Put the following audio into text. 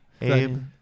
Abe